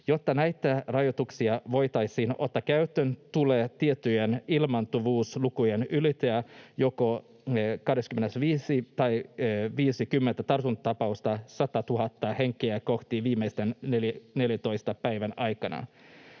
Jotta näitä rajoituksia voitaisiin ottaa käyttöön, tulee tiettyjen ilmaantuvuuslukujen ylittyä: joko 25 tai 50 tartuntatapausta 100 000:ta henkeä kohti viimeisten 14 päivän aikana.